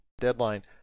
deadline